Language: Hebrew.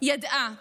ידעה